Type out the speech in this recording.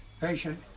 Patient